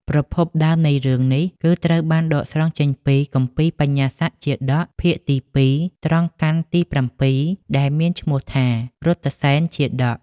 ប្រភពដើមនៃរឿងនេះ គឺត្រូវបានដកស្រង់ចេញពី គម្ពីរបញ្ញាសជាតក ភាគទី២ ត្រង់កណ្ឌទី៧ ដែលមានឈ្មោះថា រថសេនជាតក។